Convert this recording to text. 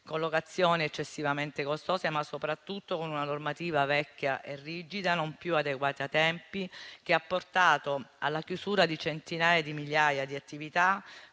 con locazioni eccessivamente costose, ma soprattutto con una normativa vecchia e rigida non più adeguata ai tempi, che ha portato alla chiusura di centinaia di migliaia di attività,